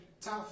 tough